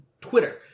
Twitter